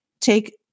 take